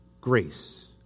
Grace